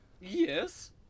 Yes